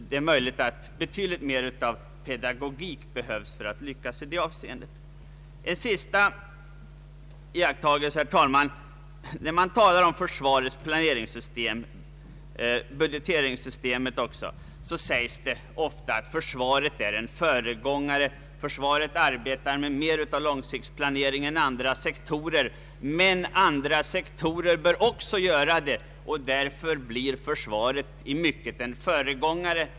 Det är möjligt att betydligt mer pedagogik behövs för att man skall lyckas i det avseendet. När det talas om försvarets planeringsoch budgeteringssystem sägs det ofta att försvaret arbetar mer med långsiktig planering än andra sektorer. Men andra sektorer bör också arbeta på det sättet, och därför blir för svaret i mycket en föregångare.